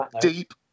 deep